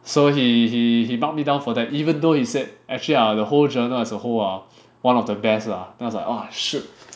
so he he he mark me down for that even though he said actually ah the whole journal as a whole ah one of the best lah then I was like oh shoot